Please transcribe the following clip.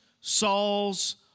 Saul's